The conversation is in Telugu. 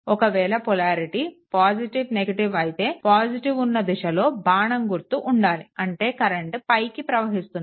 ఒకవేళ పొలారిటీ అయితే పాజిటివ్ ఉన్న దిశలో బాణం గుర్తు ఉండాలి అంటే కరెంట్ పైకి ప్రవహిస్తుంది